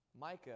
Micah